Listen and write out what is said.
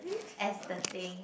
as the thing